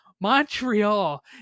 Montreal